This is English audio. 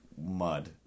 mud